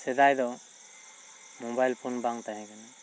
ᱥᱮᱫᱟᱭ ᱫᱚ mobile phone ᱵᱟᱝ ᱛᱟᱦᱮᱸ ᱠᱟᱱᱟ